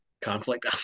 conflict